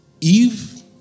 Eve